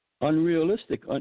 unrealistic